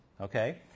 okay